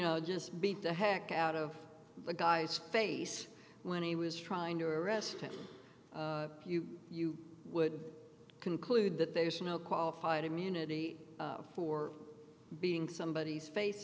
know just beat the heck out of the guy's face when he was trying to arrest you you would conclude that there's no qualified immunity for being somebodies fa